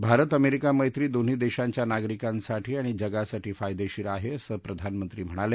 Bharat America मैत्री दोन्ही देशांच्या नागरिकांसाठी आणि जगासाठी फायदेशीर आहे असं प्रधानमंत्री म्हणाले